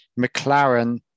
McLaren